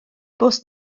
bost